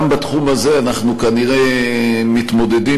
שגם בתחום הזה אנחנו כנראה מתמודדים